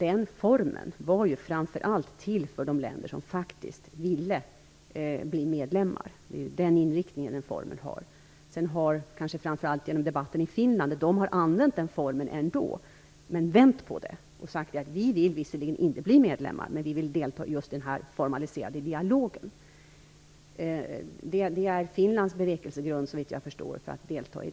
En sådan form är framför allt till för de länder som faktiskt ville bli medlemmar. Det är inriktningen för den formen. I debatten i Finland har denna form ändå använts, men där har man vänt på den. Man har sagt att Finland visserligen inte vill bli medlem, men att landet ändå vill delta i den formaliserade dialogen. Det är Finlands bevekelsegrund för att delta i dialogen, så vitt jag förstår.